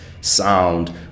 sound